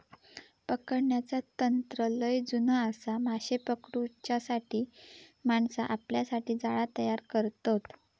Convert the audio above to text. पकडण्याचा तंत्र लय जुना आसा, माशे पकडूच्यासाठी माणसा आपल्यासाठी जाळा तयार करतत